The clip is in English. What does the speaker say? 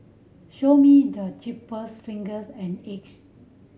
show me the cheapest fingers and Egypt